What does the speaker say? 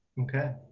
okay.